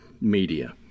media